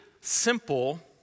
simple